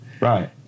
Right